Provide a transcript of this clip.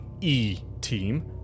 E-Team